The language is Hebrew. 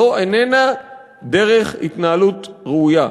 זו איננה דרך התנהלות ראויה.